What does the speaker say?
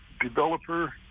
developer